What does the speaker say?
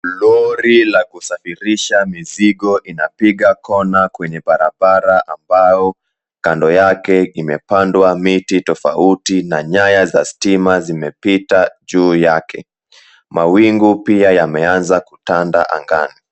Lori la kusafirisha mizigo inapiga kona kwenye barabara ambao kando yake imepandwa miti tofauti na nyaya za stima zimepita juu yake. Mawingu pia yameanza kutanda angani.